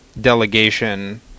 delegation